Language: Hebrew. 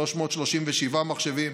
337 מחשבים,